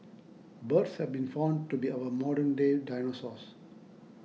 birds have been found to be our modern day dinosaurs